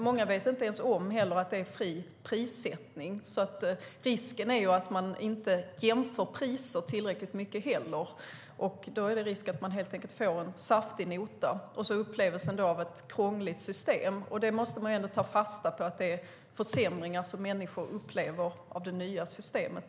Många vet inte ens om att det är fri prissättning, så risken är att man inte jämför priser tillräckligt mycket och att man då får en saftig nota, och därmed upplevelsen av ett krångligt system. Man måste ändå ta fasta på att det är försämringar som människor upplever med det nya systemet.